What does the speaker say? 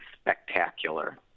spectacular